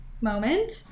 moment